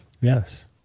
Yes